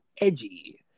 edgy